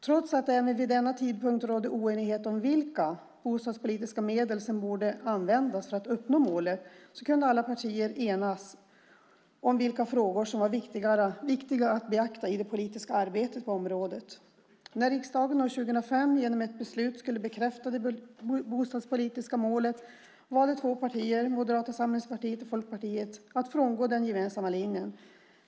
Trots att det ännu vid denna tidpunkt rådde oenighet om vilka bostadspolitiska medel som borde användas för att uppnå målet kunde alla partier enas om vilka frågor som var viktiga att beakta i det politiska arbetet på området. När riksdagen år 2005 genom ett beslut skulle bekräfta det bostadspolitiska målet valde två partier, Moderata samlingspartiet och Folkpartiet, att frångå den gemensamma linjen.